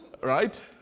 right